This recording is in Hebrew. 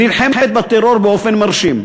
ונלחמת בטרור באופן מרשים.